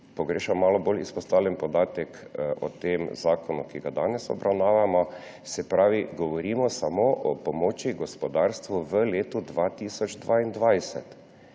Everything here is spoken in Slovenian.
pogrešam malo bolj izpostavljen podatek o tem zakonu, ki ga danes obravnavamo. Se pravi, govorimo samo o pomoči gospodarstvu v letu 2022.